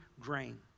grain